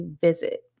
visit